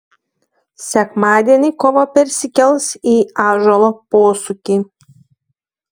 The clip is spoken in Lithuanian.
sekmadienį kova persikels į ąžuolo posūkį